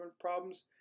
problems